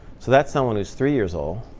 so that's someone who's three-years-old,